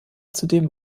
zudem